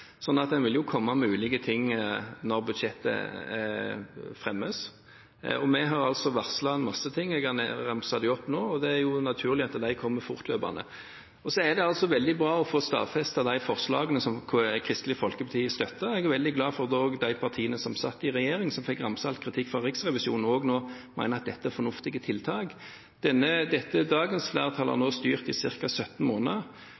ting når budsjettet fremmes. Vi har varslet en masse tiltak. Jeg har ramset dem opp nå, og det er naturlig at de kommer fortløpende. Det er også veldig bra å få stadfestet forslagene fra Kristelig Folkeparti. Jeg er veldig glad for at også de partiene som satt i regjering, som fikk ramsalt kritikk fra Riksrevisjonen, nå mener at dette er fornuftige tiltak. Dagens flertall har nå styrt i ca. 17 måneder.